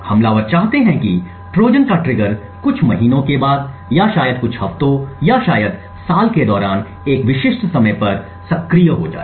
हमलावर चाहते हैं कि ट्रोजन का ट्रिगर कुछ महीनों के बाद या शायद कुछ हफ्ते या शायद साल के दौरान एक विशिष्ट समय पर सक्रिय हो जाए